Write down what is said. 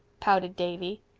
pouted davy.